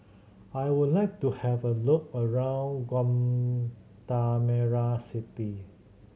I would like to have a look around Guatemala City